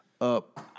up